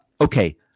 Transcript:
Okay